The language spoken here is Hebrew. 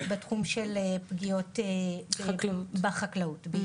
בתחום של פגיעות בחקלאות.